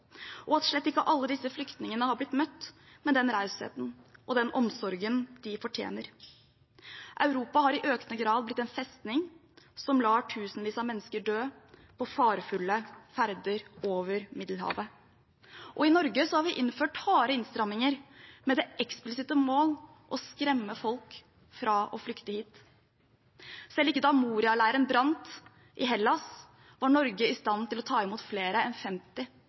og at slett ikke alle disse flyktningene har blitt møtt med den rausheten og den omsorgen de fortjener. Europa har i økende grad blitt en festning som lar tusenvis av mennesker dø på farefulle ferder over Middelhavet. I Norge har vi innført harde innstramminger med det eksplisitte mål å skremme folk fra å flykte hit. Selv ikke da Moria-leiren brant i Hellas, var Norge i stand til å ta imot flere enn 50